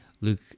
Luke